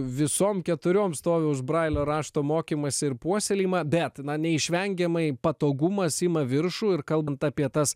visom keturiom stovi už brailio rašto mokymąsi ir puoselėjimą bet na man neišvengiamai patogumas ima viršų ir kalbant apie tas